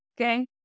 Okay